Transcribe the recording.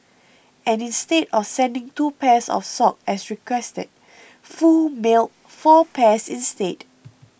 and instead of sending two pairs of socks as requested Foo mailed four pairs instead